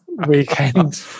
weekend